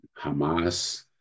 Hamas